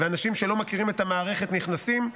אנשים שלא מכירים את המערכת נכנסים.